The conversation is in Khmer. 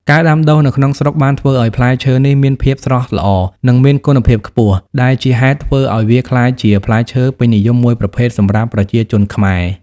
ការដាំដុះនៅក្នុងស្រុកបានធ្វើឲ្យផ្លែឈើនេះមានភាពស្រស់ល្អ និងមានគុណភាពខ្ពស់ ដែលជាហេតុធ្វើឲ្យវាក្លាយជាផ្លែឈើពេញនិយមមួយប្រភេទសម្រាប់ប្រជាជនខ្មែរ។